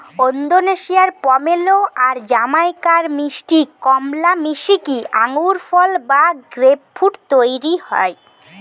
ওন্দোনেশিয়ার pomelo আর জামাইকার মিষ্টি কমলা মিশিকি আঙ্গুরফল বা গ্রেপফ্রূট তইরি হয়